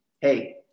hey